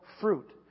fruit